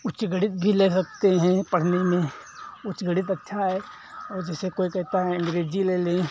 उच्च गणित भी ले सकते हैं पढ़ने में उच्च गणित अच्छा है और जैसे कोई कहता है अंग्रेजी ले लें